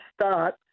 start